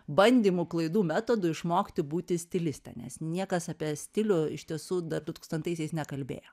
bandymų klaidų metodu išmokti būti stiliste nes niekas apie stilių iš tiesų dar dutūkstantaisiais nekalbėjo